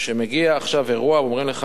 שמגיע עכשיו אירוע ואומרים לך,